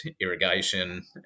irrigation